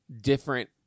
different